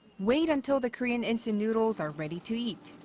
wait until the korean instant noodles are ready to eat.